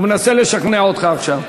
הוא מנסה לשכנע אותך עכשיו.